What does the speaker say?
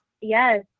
Yes